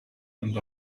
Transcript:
and